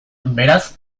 beraz